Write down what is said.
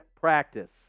practice